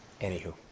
Anywho